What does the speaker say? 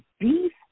Beef